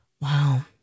Wow